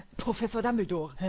professor dumbledore!